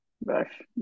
brush